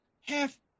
Half